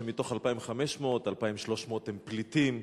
שמתוך 2,500, 2,300 הם פליטים.